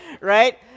right